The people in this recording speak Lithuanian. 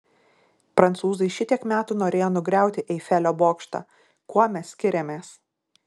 prancūzai šitiek metų norėjo nugriauti eifelio bokštą kuo mes skiriamės